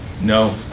No